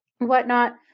whatnot